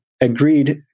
agreed